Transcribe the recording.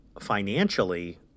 financially